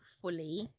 fully